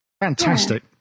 fantastic